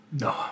No